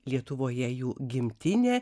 lietuvoje jų gimtinė